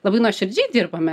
labai nuoširdžiai dirbame